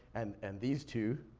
and and these two,